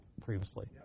previously